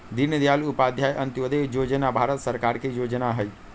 दीनदयाल उपाध्याय अंत्योदय जोजना भारत सरकार के जोजना हइ